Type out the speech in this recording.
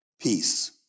Peace